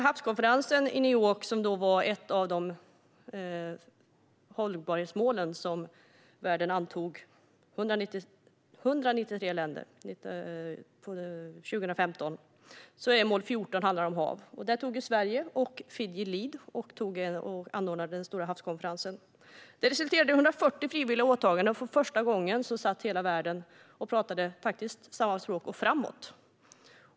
Havskonferensen i New York handlade om ett av de hållbarhetsmål som 193 av världens länder antog 2015, nämligen mål 14 om havet. Sverige och Fiji tog täten och anordnade konferensen. Den resulterade i 140 frivilliga åtaganden, och för första gången talade hela världen samma språk och tänkte framåt.